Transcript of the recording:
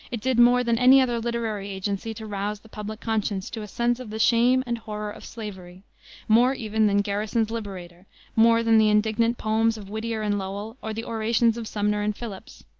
it did more than any other literary agency to rouse the public conscience to a sense of the shame and horror of slavery more even than garrison's liberator more than the indignant poems of whittier and lowell or the orations of sumner and phillips.